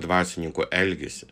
dvasininko elgesį